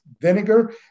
vinegar